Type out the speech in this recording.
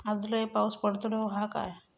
आज लय पाऊस पडतलो हा काय?